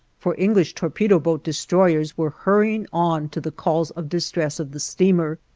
for english torpedo-boat destroyers were hurrying on to the calls of distress of the steamer.